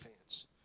fans